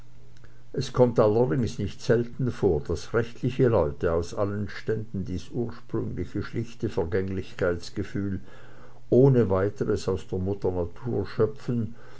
es kommt allerdings nicht selten vor daß rechtliche leute aus allen ständen dies ursprüngliche schlichte vergänglichkeitsgefühl ohne weiteres aus der mutter natur schöpfen